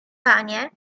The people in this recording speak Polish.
panie